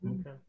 Okay